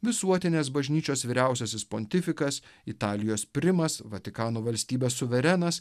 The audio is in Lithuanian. visuotinės bažnyčios vyriausiasis pontifikas italijos primas vatikano valstybės suverenas